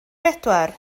bedwar